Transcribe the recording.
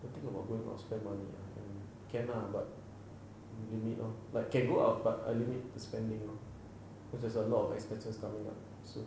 the thing about going out is spend money ah can ah but limit lor like can go out but err the limit spending lor cause there's there's a lot of expenses coming up so